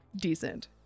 decent